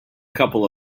couple